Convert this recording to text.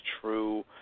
True